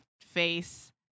face